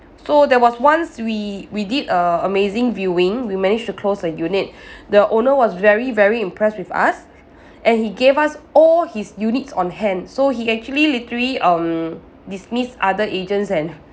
so there was once we we did a amazing viewing we managed to close a unit the owner was very very impressed with us and he gave us all his units on hand so he actually literally um dismissed other agents and